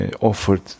offered